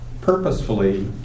purposefully